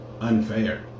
unfair